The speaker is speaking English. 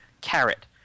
carrot